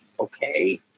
okay